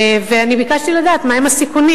זאת אומרת היחס,